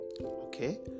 Okay